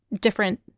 different